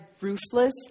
ruthless